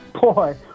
Boy